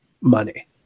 money